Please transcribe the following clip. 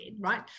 right